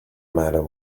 matter